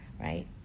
right